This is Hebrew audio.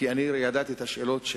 כי אני הרי ידעתי את השאלות,